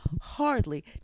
hardly